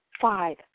five